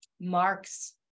Mark's